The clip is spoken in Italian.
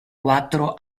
quattro